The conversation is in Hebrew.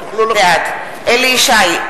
בעד אליהו ישי,